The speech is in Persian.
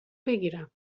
بگیرم